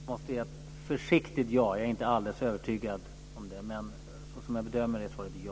Fru talman! Jag svarar ett försiktigt ja. Jag är inte helt övertygad. Men som jag nu bedömer det är svaret ja.